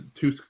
Two